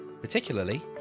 particularly